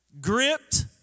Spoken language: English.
gripped